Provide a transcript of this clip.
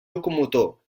locomotor